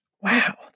Wow